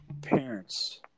parents